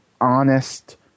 honest